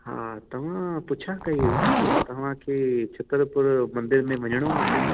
हा तव्हां पुछा कई हुई न तव्हांखे छतरपुर मंदर में वञिणो आहे